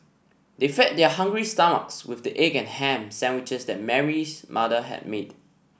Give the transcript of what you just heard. they fed their hungry stomachs with the egg and ham sandwiches that Mary's mother had made